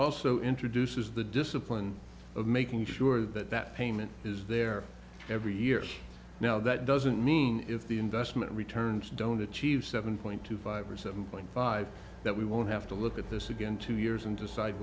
also introduces the discipline of making sure that that payment is there every year now that doesn't mean if the investment returns don't achieve seven point two five or seven point five that we won't have to look at this again two years and decide